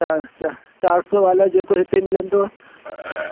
चारि चारि चारि सौ वाला जेको हिते मिलंदो